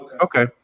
Okay